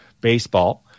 baseball